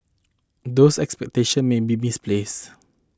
those expectations may be misplaced